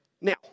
Now